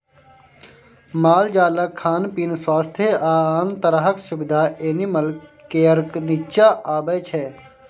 मालजालक खान पीन, स्वास्थ्य आ आन तरहक सुबिधा एनिमल केयरक नीच्चाँ अबै छै